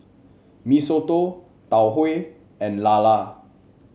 Mee Soto Tau Huay and lala